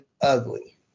ugly